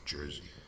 Jersey